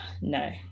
no